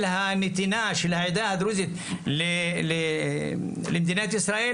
הנתינה של העדה הדרוזית למדינת ישראל,